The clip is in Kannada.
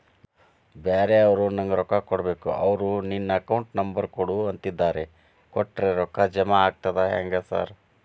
ಬ್ಯಾರೆವರು ನಂಗ್ ರೊಕ್ಕಾ ಕೊಡ್ಬೇಕು ಅವ್ರು ನಿನ್ ಅಕೌಂಟ್ ನಂಬರ್ ಕೊಡು ಅಂತಿದ್ದಾರ ಕೊಟ್ರೆ ರೊಕ್ಕ ಜಮಾ ಆಗ್ತದಾ ಹೆಂಗ್ ಸಾರ್?